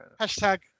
Hashtag